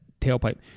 tailpipe